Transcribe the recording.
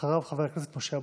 אחריו, חבר הכנסת משה אבוטבול.